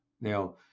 Now